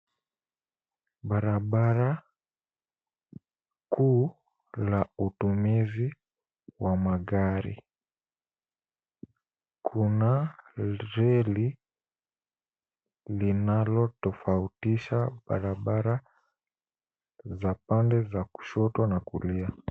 Barabara kuu la utumizi wa magari. Kuna reli linalotofautisha barabara za pande za kushoto na kulia.